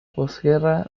posguerra